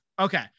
okay